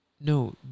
No